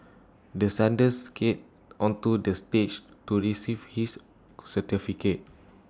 the Sunday skated onto the stage to receive his certificate